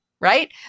right